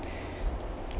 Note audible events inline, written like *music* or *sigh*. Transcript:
*breath*